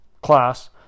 class